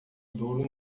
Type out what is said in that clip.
duro